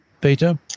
Peter